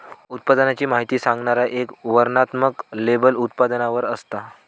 उत्पादनाची माहिती सांगणारा एक वर्णनात्मक लेबल उत्पादनावर असता